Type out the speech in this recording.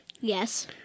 yes